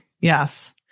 Yes